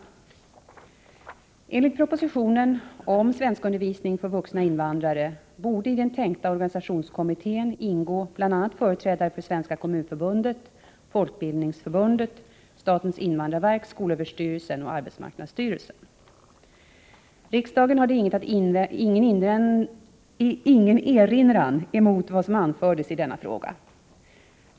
Enligt propositionen 1983/84:199 om svenskundervisning för vuxna invandrare borde i den tänkta organisationskommittén ingå bl.a. företrädare för Svenska kommunförbundet, Folkbildningsförbundet, statens invandrarverk, skolöverstyrelsen och arbetsmarknadsstyrelsen. Riksdagen hade ingen erinran mot vad som anfördes i denna fråga.